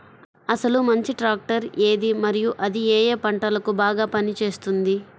అసలు మంచి ట్రాక్టర్ ఏది మరియు అది ఏ ఏ పంటలకు బాగా పని చేస్తుంది?